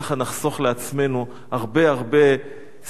וככה נחסוך לעצמנו הרבה שנאה,